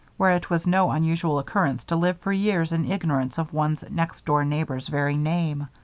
where it was no unusual occurrence to live for years in ignorance of one's next-door neighbor's very name.